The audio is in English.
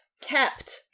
kept